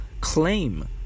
claim